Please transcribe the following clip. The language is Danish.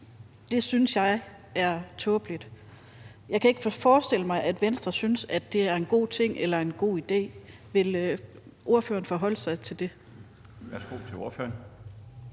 Det synes jeg er tåbeligt. Jeg kan ikke forestille mig, at Venstre synes, at det er en god ting eller en god idé. Vil ordføreren forholde sig til det? Kl. 13:21 Den